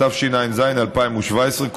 התשע"ז 2017,